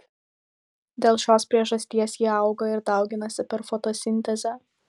dėl šios priežasties jie auga ir dauginasi per fotosintezę